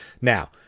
Now